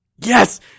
Yes